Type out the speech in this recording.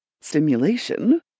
stimulation